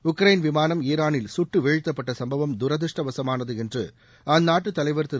Ukraine விமானம் ஈரானில் சுட்டு வீழ்த்தப்பட்ட சம்பவம் துரதிருஷ்டவசமானது என்று அந்நாட்டு தலைவர் திரு